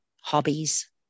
hobbies